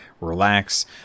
relax